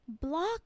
block